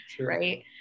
Right